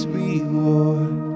reward